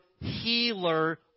healer